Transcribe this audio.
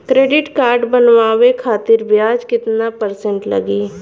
Credit card बनवाने खातिर ब्याज कितना परसेंट लगी?